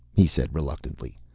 he said reluctantly,